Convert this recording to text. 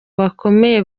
bakomeye